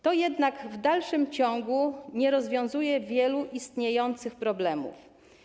To jednak w dalszym ciągu nie rozwiązuje wielu istniejących problemów.